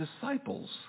disciples